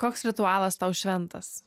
koks ritualas tau šventas